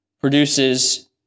produces